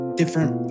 different